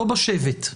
לא בשבט.